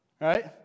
right